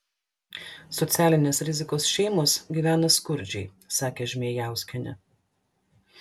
socialinės rizikos šeimos gyvena skurdžiai sakė žmėjauskienė